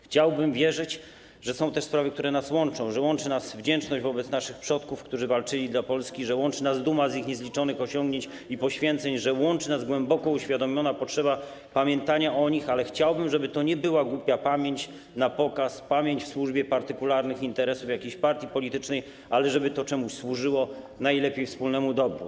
Chciałbym wierzyć, że są też sprawy, które nas łączą, że łączy nas wdzięczność wobec naszych przodków, którzy walczyli dla Polski, że łączy nas duma z ich niezliczonych osiągnięć i poświęceń, że łączy nas głęboko uświadomiona potrzeba pamiętania o nich, ale chciałbym, żeby to nie była głupia pamięć na pokaz, pamięć w służbie partykularnych interesów jakiejś partii politycznej, ale żeby to czemuś służyło, najlepiej wspólnemu dobru.